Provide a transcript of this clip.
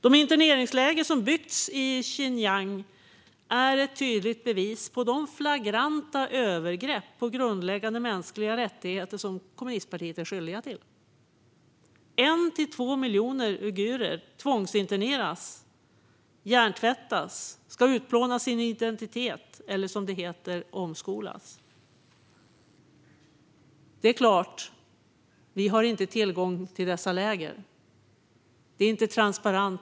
De interneringsläger som byggts i Xinjiang är ett tydligt bevis på de flagranta övergrepp på grundläggande mänskliga rättigheter som kommunistpartiet är skyldigt till. 1-2 miljoner uigurer tvångsinterneras och hjärntvättas. De ska utplåna sin identitet och omskolas, som det heter. Det är klart att vi inte har tillgång till dessa läger. Det är inte transparent.